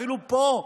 אפילו פה,